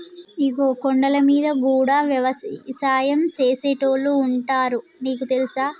ఇగో కొండలమీద గూడా యవసాయం సేసేటోళ్లు ఉంటారు నీకు తెలుసా